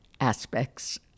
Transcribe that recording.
aspects